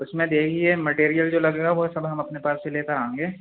اس میں دیکھییے مٹیریل جو لگے گا وہ سب ہم اپنے پاس سے لے کر آئیں گے